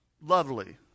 lovely